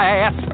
ass